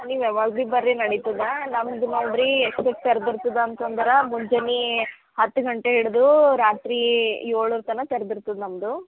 ನೀವು ಯಾವಾಗ ಬಿ ಬರ್ರಿ ನಡಿತದ ನಮ್ದು ನೋಡ್ರೀ ಎಷ್ಟಕ್ಕೆ ತೆರ್ದಿರ್ತದ ಅಂತಂದ್ರ ಮುಂಜಾನೆ ಹತ್ತು ಗಂಟೆ ಹಿಡ್ದು ರಾತ್ರಿ ಏಳರ ತನ ತೆರ್ದಿರ್ತದ ನಮ್ಮದು